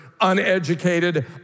uneducated